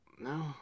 No